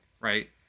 right